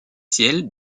ciel